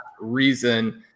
reason